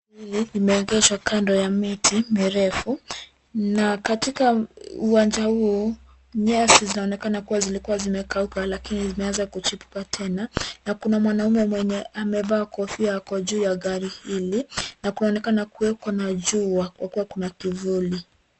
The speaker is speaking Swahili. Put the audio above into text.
..hili limeegeshwa kando ya miti mirefu. Na katika uwanja huo, nyasi zinaonekana kuwa zimekauka, lakini zimeanza kuchipuka tena. Na kuna mwanaume mwenye amevaa kofia ako juu ya gari hili. Na kunaonekana kuweko na jua kwa kuwa kuna kivuli.